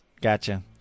Gotcha